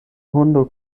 hundo